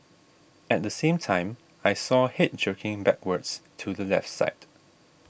at the same time I saw head jerking backwards to the left side